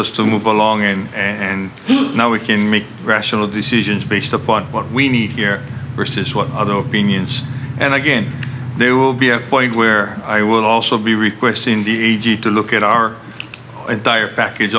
us to move along in and now we can make rational decisions based upon what we need here versus what other opinions and again there will be a point where i will also be requesting the a g to look at our entire package